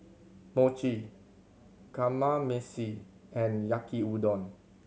Mochi Kamameshi and Yaki Udon